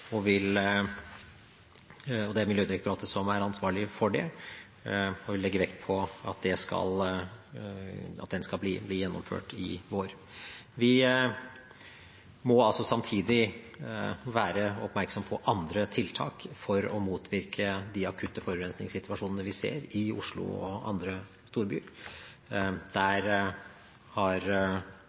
og det er Miljødirektoratet som er ansvarlig for den. Vi legger vekt på at den skal bli gjennomført i vår. Vi må samtidig være oppmerksom på andre tiltak for å motvirke de akutte forurensningssituasjonene vi ser i Oslo og i andre storbyer. Der har